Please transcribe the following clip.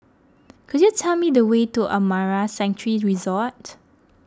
could you tell me the way to Amara Sanctuary Resort